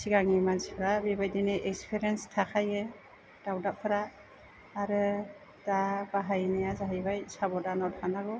सिगांनि मानसिफ्रा बेबायदिनो एक्सपिरियेन्स थाखायो दावदाबफ्रा आरो दा बाहायनाया जाहैबाय साब'दानाव थानांगौ